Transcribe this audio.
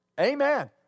Amen